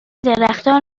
درختان